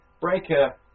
Breaker